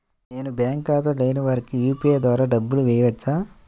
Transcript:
నేను బ్యాంక్ ఖాతా లేని వారికి యూ.పీ.ఐ ద్వారా డబ్బులు వేయచ్చా?